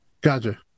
Gotcha